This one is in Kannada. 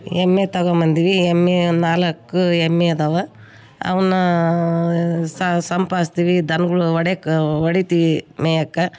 ಎಮ್ಮೆ ತಗೋಂಬಂದ್ವಿ ಎಮ್ಮೆ ಒಂದು ನಾಲ್ಕು ಎಮ್ಮೆ ಅದಾವ ಅವ್ನ ಸಂಪಾದ್ಸ್ತೀವಿ ದನ್ಗಳು ಒಡ್ಯಾಕ ಒಡಿತೀ ಮೇಯಕ್ಕೆ